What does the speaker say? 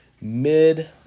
mid